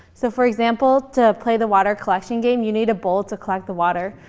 so, for example, to play the water collection game you need a bowl to collect the water.